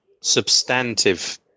substantive